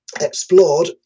explored